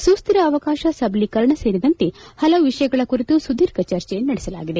ಸುಸ್ವಿರ ಅವಕಾಶ ಸಬಲೀಕರಣ ಸೇರಿದಂತೆ ಹಲವು ವಿಷಯಗಳ ಕುರಿತು ಸುದೀರ್ಘ ಚರ್ಚೆ ನಡೆಸಲಾಗಿದೆ